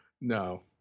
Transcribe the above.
no